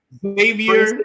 Xavier